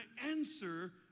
answer